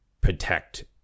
protect